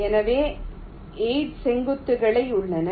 எனவே 8 செங்குத்துகள் உள்ளன